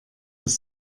das